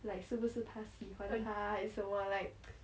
like 是不是他喜欢她还是什么 like